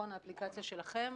האפליקציה שלכם,